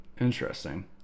Interesting